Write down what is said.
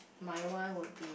my one would be